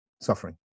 suffering